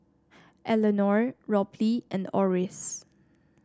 Elenor Robley and Oris